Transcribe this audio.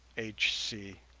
h. c.